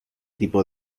tipo